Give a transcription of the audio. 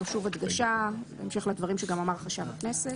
זו שוב הדגשה בהמשך לדברים שאמר גם חשב הכנסת.